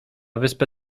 wyspę